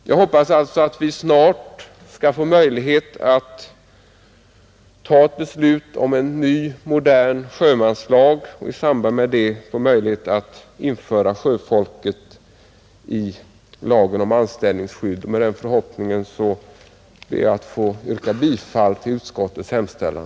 Jag hoppas alltså att vi snart skall få möjlighet att fatta ett beslut om en ny, modern sjömanslag och att vi i samband med det får möjlighet att införa sjöfolket i lagen om anställningsskydd. Med den förhoppningen ber jag att få yrka bifall till utskottets hemställan.